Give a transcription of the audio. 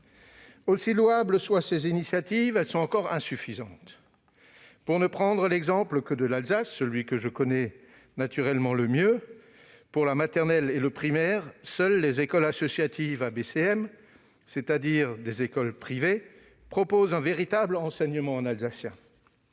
Aussi louables que soient ces initiatives, elles sont encore insuffisantes. Pour ne prendre que l'exemple de l'Alsace, celui que je connais naturellement le mieux, pour la maternelle et le primaire, seules les écoles associatives ABCM, c'est-à-dire des écoles privées, proposent un véritable enseignement en alsacien.